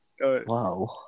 Wow